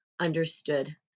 understood